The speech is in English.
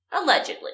Allegedly